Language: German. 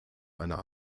einer